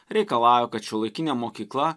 reikalauja kad šiuolaikinė mokykla